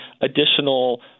additional